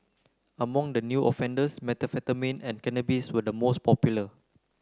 among the new offenders methamphetamine and cannabis were the most popular